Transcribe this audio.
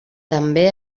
també